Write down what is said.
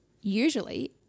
usually